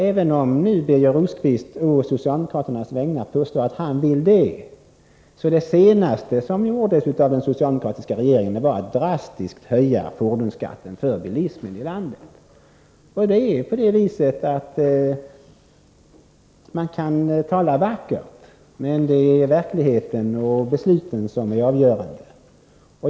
Även om nu Birger Rosqvist på socialdemokraternas vägnar påstår att också han vill det, var det senaste som den socialdemokratiska regeringen gjorde att drastiskt höja fordonsskatten för bilismen i landet. Man kan tala vackert, men det är verkligheten och besluten som är avgörande.